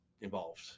involved